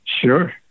Sure